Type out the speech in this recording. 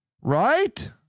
Right